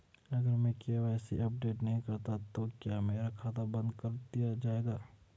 अगर मैं KYC update नहीं करता तो क्या मेरा खाता बंद कर दिया जाएगा?